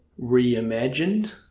reimagined